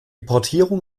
portierung